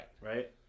Right